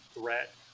threat